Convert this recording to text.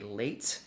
late